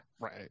right